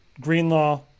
Greenlaw